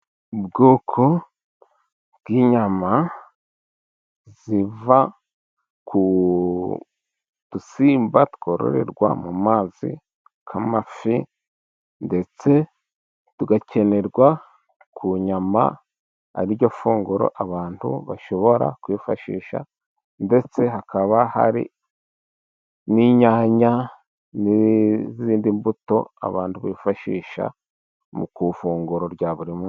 Ubwoko bw'inyama ziva ku dusimba twororerwa mu mazi nk'amafi，ndetse tugakenerwa ku nyama ariryo funguro abantu bashobora kwifashisha， ndetse hakaba hari n'inyanya n'izindi mbuto，abantu bifashisha ku ifunguro rya buri munsi.